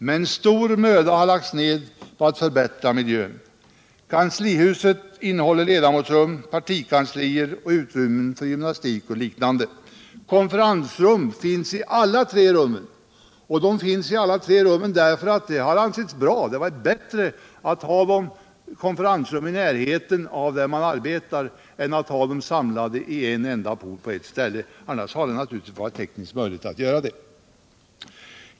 men stor möda har lagts ned på att förbättra miljön. Kanslihuset innehåller Iedamotsrum, partikanslier och utrymmen för gymnastik och liknande. Konferensrum finns i alla tre husen, därför att det har ansetts bra. Det är bättre att ha konferensrum där man arbetar än att ha dem samlade i en enda pool på ett ställe; annars hade det naturligtvis varit tekniskt möjligt att göra så.